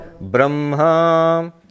Brahma